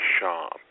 shop